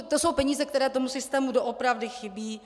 To jsou peníze, které systému doopravdy chybí.